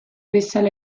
bezala